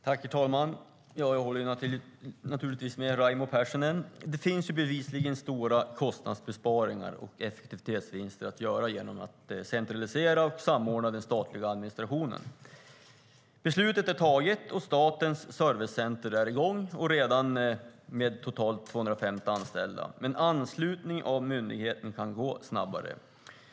Herr talman! Jag håller naturligtvis med Raimo Pärssinen. Det finns bevisligen stora kostnadsbesparingar och effektivitetsvinster att göra genom att centralisera och samordna den statliga administrationen. Beslutet är taget, och Statens servicecenter är i gång, redan med totalt 250 anställda. Men anslutningen av myndigheter kan gå snabbare.